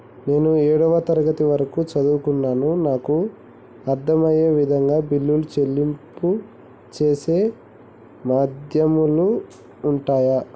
నేను ఏడవ తరగతి వరకు చదువుకున్నాను నాకు అర్దం అయ్యే విధంగా బిల్లుల చెల్లింపు చేసే మాధ్యమాలు ఉంటయా?